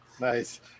Nice